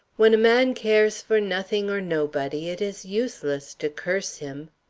when a man cares for nothing or nobody, it is useless to curse him